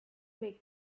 big